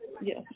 Yes